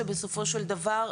שבסופו של דבר,